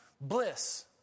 bliss